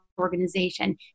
organization